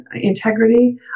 integrity